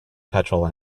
petrol